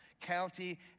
county